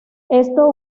esto